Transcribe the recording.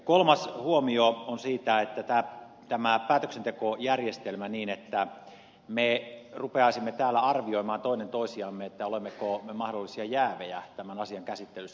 kolmas huomio on tästä päätöksentekojärjestelmästä että me rupeaisimme täällä arvioimaan toinen toisiamme olemmeko me mahdollisesti jäävejä tämän asian käsittelyssä